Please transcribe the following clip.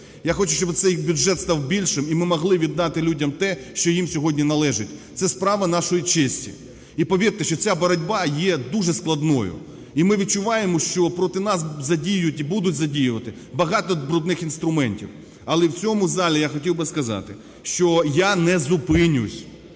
Я хочу, щоб цей бюджет став більшим і ми могли віддати людям те, що їм сьогодні належить. Це справа нашої честі. І повірте, що ця боротьба є дуже складною. І ми відчуваємо, що проти насзадіюють і будуть задіювати багато брудних інструментів. Але в цьому залі я хотів би сказати, що я не зупинюсь,